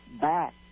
back